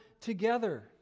together